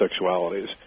sexualities